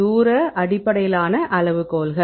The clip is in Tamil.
தூர அடிப்படையிலான அளவுகோல்கள்